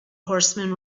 horseman